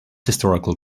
historical